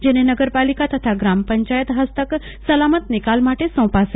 જેને નગરપાલિકા તથા ગ્રામપંચાયત ફસ્તક સલામત નિકાલ માટે સોપાશે